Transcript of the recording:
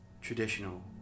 traditional